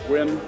Win